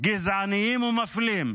גזעניים ומפלים,